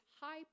high